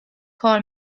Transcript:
کار